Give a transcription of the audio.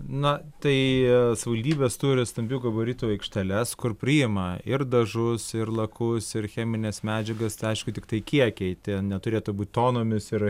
na tai savivaldybės turi stambių gabaritų aikšteles kur priima ir dažus ir lakus ir chemines medžiagas tai aišku tiktai kiekiai tie neturėtų būt tonomis ir